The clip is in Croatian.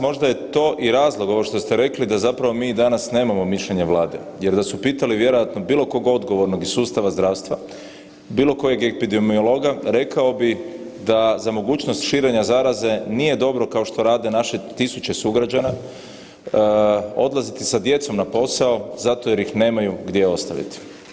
Možda je to i razlog ovo što ste rekli da mi zapravo danas nemamo mišljenje Vlade jer da su pitali vjerojatno bilo koga odgovornog iz sustava zdravstva bilo kojeg epidemiologa rekao bi da za mogućnost širenja zaraze nije dobro kao što rade naše tisuće sugrađana, odlaziti sa djecom na posao zato jer ih nemaju gdje ostaviti.